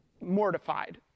mortified